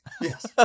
Yes